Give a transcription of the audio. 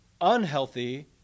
unhealthy